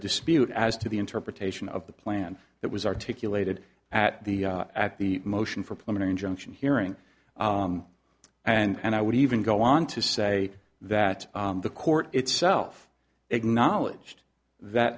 dispute as to the interpretation of the plan that was articulated at the at the motion for plenary injunction hearing and i would even go on to say that the court itself acknowledged that